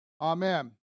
Amen